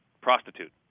prostitute